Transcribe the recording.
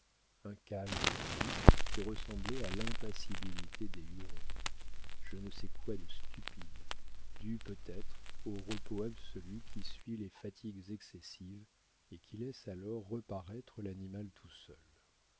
un calme brut qui ressemblait à l'impassibilité des hurons je ne sais quoi de stupide dû peut-être au repos absolu qui suit les fatigues excessives et qui laisse alors reparaître l'animal tout seul